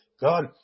God